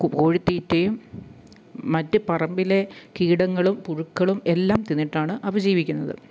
കോഴിത്തീറ്റയും മറ്റു പറമ്പിലെ കീടങ്ങളും പുഴുക്കളും എല്ലാം തിന്നിട്ടാണ് അവ ജീവിക്കുന്നത്